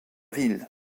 villes